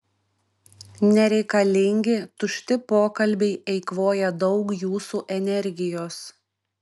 nereikalingi tušti pokalbiai eikvoja daug jūsų energijos